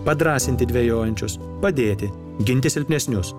padrąsinti dvejojančius padėti ginti silpnesnius